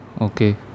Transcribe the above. okay